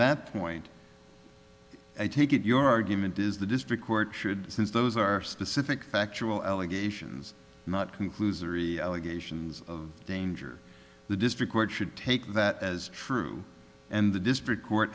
that point i take it your argument is the district court should since those are specific factual allegations not conclusory allegations of danger the district court should take that as true and the district court